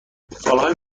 سالهای